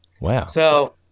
Wow